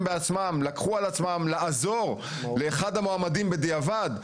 בעצמם לקחו על עצמם לעזור לאחד המועמדים בדיעבד,